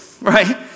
right